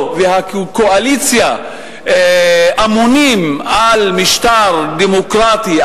והקואליציה אמונים על משטר דמוקרטי,